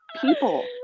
people